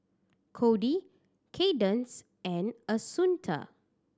Kody Cadence and Assunta